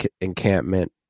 encampment